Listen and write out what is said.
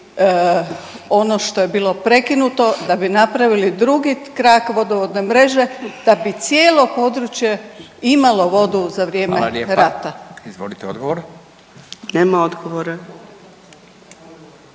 ono što je bilo prekinuto da bi napravili drugi krak vodovodne mreže, da bi cijelo područje imalo vodu za vrijeme rata. **Radin, Furio (Nezavisni)**